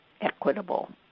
equitable